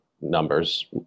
numbers